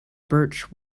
birch